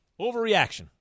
Overreaction